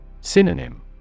Synonym